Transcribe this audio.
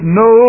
no